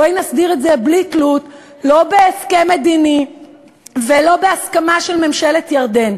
בואי נסדיר את זה בלי תלות לא בהסכם מדינה ולא בהסכמה של ממשלת ירדן,